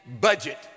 budget